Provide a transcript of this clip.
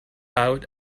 out